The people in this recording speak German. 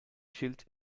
schild